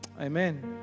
amen